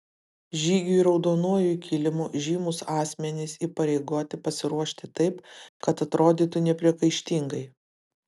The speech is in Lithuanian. žygiui raudonuoju kilimu žymūs asmenys įpareigoti pasiruošti taip kad atrodytų nepriekaištingai